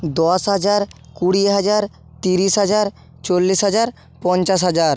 দশ হাজার কুড়ি হাজার তিরিশ হাজার চল্লিশ হাজার পঞ্চাশ হাজার